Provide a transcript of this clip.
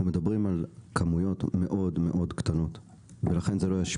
אנחנו מדברים על כמויות מאוד מאוד קטנות ולכן זה לא ישפיע.